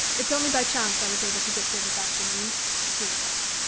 it's only by chance i was able to get here this afternoon he replied.